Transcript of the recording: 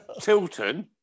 Tilton